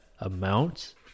amount